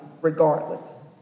regardless